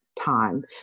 time